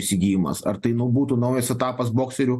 įsigijimas ar tai nu būtų naujas etapas bokserių